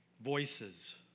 voices